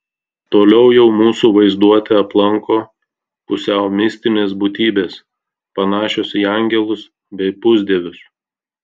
toliau jau mūsų vaizduotę aplanko pusiau mistinės būtybės panašios į angelus bei pusdievius